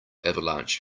avalanche